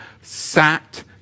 sat